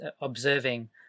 observing